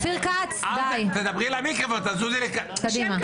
דרך המלך כעת היא להקים את ועדות הכנסת הקבועות.